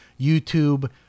YouTube